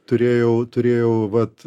turėjau turėjau vat